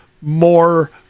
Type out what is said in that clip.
more